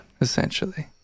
Essentially